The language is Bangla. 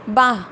বাঁ